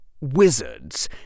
wizards